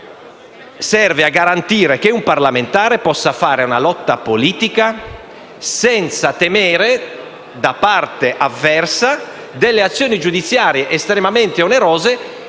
serve a garantire che un parlamentare possa fare una lotta politica senza temere da parte avversa delle azioni giudiziarie estremamente onerose.